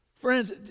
Friends